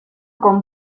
con